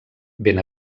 ben